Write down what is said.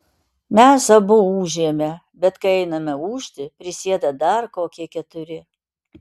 mes abu ūžėme bet kai einame ūžti prisėda dar kokie keturi